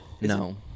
No